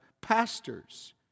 pastors